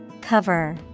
Cover